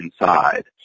inside